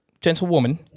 gentlewoman